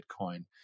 Bitcoin